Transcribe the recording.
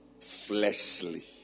fleshly